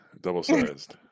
double-sized